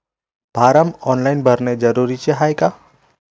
Form online भरने जरुरीचे हाय का?